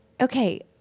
Okay